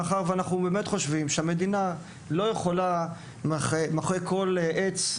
מאחר ואנחנו באמת חושבים שהמדינה לא יכולה לחפש מאחורי כל עץ,